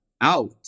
out